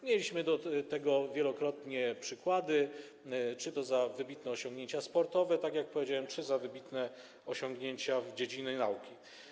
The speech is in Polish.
Mieliśmy wielokrotnie przykłady tego, czy to za wybitne osiągnięcia sportowe, jak powiedziałem, czy za wybitne osiągnięcia w dziedzinie nauki.